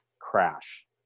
crash